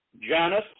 Janus